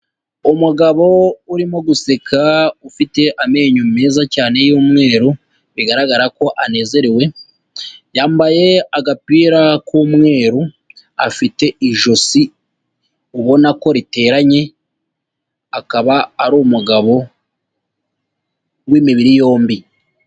Umugabo urimo guseka, ufite amenyo meza cyane y'umweru, bigaragara ko anezerewe, yambaye agapira k'umweru, afite ijosi ubona ko riteranye, akaba ari umugabo w'imibiri yombi.